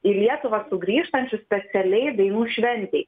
į lietuvą sugrįžtančių specialiai dainų šventei